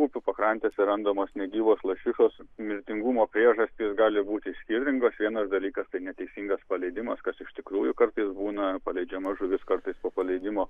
upių pakrantėse randamos negyvos lašišos mirtingumo priežastys gali būti skirtingos vienas dalykas tai neteisingas paleidimas kas iš tikrųjų kartais būna paleidžiama žuvis kartais po paleidimo